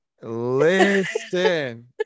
listen